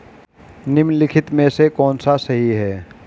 निम्नलिखित में से कौन सा सही है?